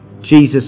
Jesus